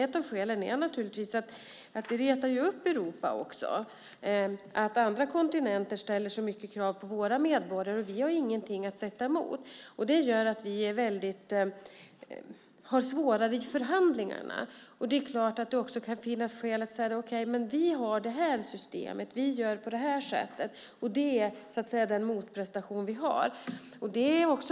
Ett av skälen är att det retar upp Europa att andra kontinenter ställer så många krav på våra medborgare, och vi har ingenting att sätta emot. Det gör att vi får det svårare i förhandlingarna. Det kan också finnas skäl att säga att vi har det här systemet, vi gör på det här sättet, och det är den motprestation vi har.